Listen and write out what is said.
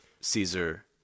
Caesar